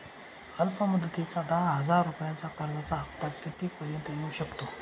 अल्प मुदतीच्या दहा हजार रुपयांच्या कर्जाचा हफ्ता किती पर्यंत येवू शकतो?